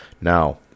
Now